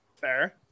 Fair